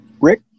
Rick